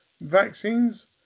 vaccines